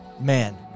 man